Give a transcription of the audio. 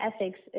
ethics